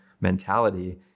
mentality